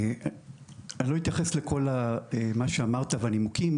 אני לא אתייחס לכל מה שאמרת והנימוקים,